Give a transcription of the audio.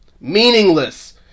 meaningless